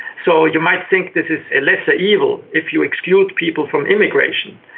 so you might think this is a lesser evil if you exclude people from immigration,